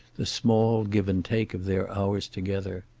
the small give and take of their hours together.